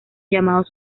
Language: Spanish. llamados